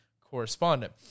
correspondent